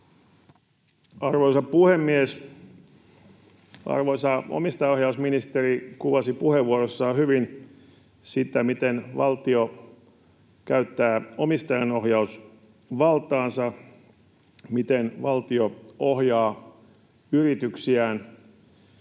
Arvoisa puhemies! Arvoisa omistajaohjausministeri kuvasi puheenvuorossaan hyvin sitä, miten valtio käyttää omistajaohjausvaltaansa, miten valtio ohjaa yrityksiään.